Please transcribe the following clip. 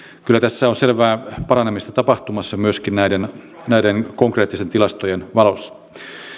kyllä tässä on selvää paranemista tapahtumassa myöskin näiden konkreettisten tilastojen valossa